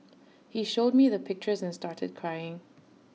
he showed me the pictures and started crying